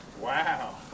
Wow